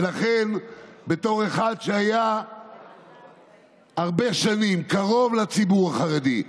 ולכן, בתור אחד שהיה הרבה שנים קרוב לציבור החרדי,